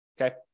Okay